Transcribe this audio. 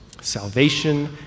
salvation